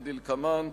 כדלקמן,